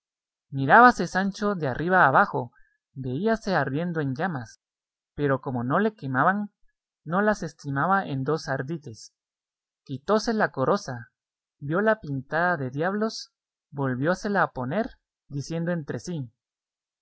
vida mirábase sancho de arriba abajo veíase ardiendo en llamas pero como no le quemaban no las estimaba en dos ardites quitóse la coroza viola pintada de diablos volviósela a poner diciendo entre sí